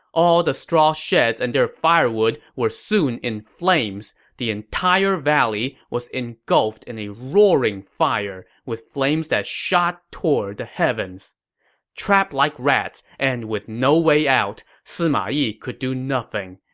all the straw sheds and their firewood were soon in flames. the entire valley was engulfed in a roaring fire, with flames that shot toward the heavens trapped like rats and with no way out, sima yi could do nothing.